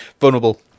Vulnerable